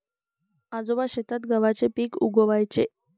आजोबा शेतात गव्हाचे पीक उगवयाचे